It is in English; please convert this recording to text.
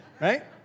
right